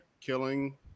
killing